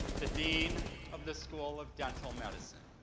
the dean of the school of dental medicine.